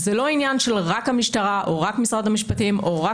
וזה לא עניין של רק המשטרה או רק משרד המשפטים או רק